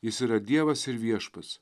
jis yra dievas ir viešpats